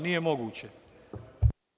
Nije moguće.